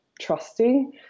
trusting